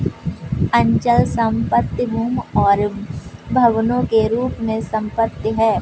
अचल संपत्ति भूमि और भवनों के रूप में संपत्ति है